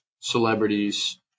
celebrities